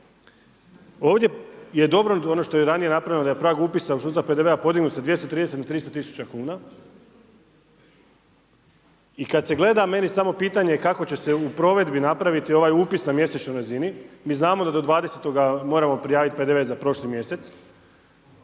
ovdje je dobro, ono što je ranije napravljeno, da je prag upisa u sustav PDV-a, podignut sa 230 na 300 tisuća kuna i kada se gleda, meni je samo pitanje, kako će se u provedbi napraviti ovaj upis na mjesečnoj razini, mi znamo da do 20.-toga moramo prijaviti PDV za prošli mjesec.